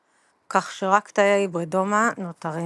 כך שרק תאי ההיברידומה נותרים.